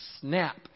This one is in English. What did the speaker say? snap